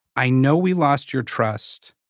i know we lost your trust.